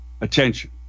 attention